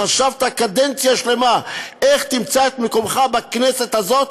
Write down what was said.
חשבת קדנציה שלמה איך תמצא את מקומך בכנסת הזאת,